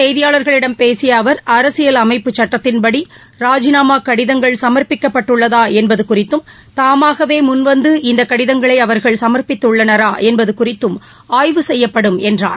செய்தியாளர்களிடம் பேசிய அவர் அரசியல் அமைப்பு சுட்டத்தின்படி இன்று ராஜிநாமா கடிதங்கள் சமா்ப்பிக்கப்பட்டுள்ளதா என்பது குறித்தும் தாமாகவே முன்வந்து இந்த கடிதங்களை அவர்கள் சமர்ப்பித்துள்ளனரா என்பது குறித்தும் ஆய்வு செய்யப்படும் என்றார்